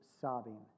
sobbing